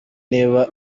niba